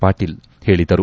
ಪಾಟೀಲ್ ಹೇಳಿದರು